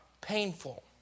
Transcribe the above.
painful